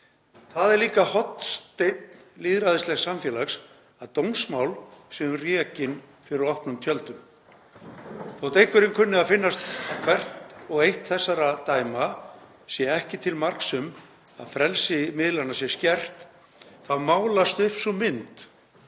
Það er líka hornsteinn lýðræðislegs samfélags að dómsmál séu rekin fyrir opnum tjöldum. Þótt einhverjum kunni að finnast að hvert og eitt þessara dæma sé ekki til marks um að frelsi miðlanna sé skert þá málast upp sú mynd,